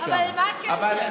אם נכניס לשם מצלמות.